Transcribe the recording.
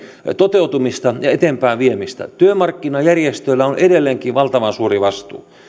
toteutumista ja eteenpäinviemistä työmarkkinajärjestöillä on edelleenkin valtavan suuri vastuu